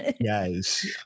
Yes